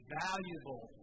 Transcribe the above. valuable